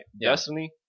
Destiny